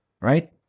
right